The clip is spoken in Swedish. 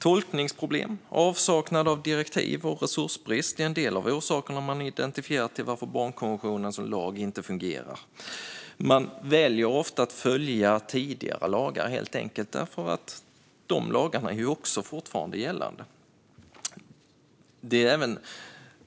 Tolkningsproblem, avsaknad av direktiv och resursbrist är en del av det man har identifierat som orsak till att barnkonventionen som lag inte fungerar. Man väljer ofta att följa tidigare lagar, helt enkelt därför att de lagarna ju också fortfarande är gällande. Det är även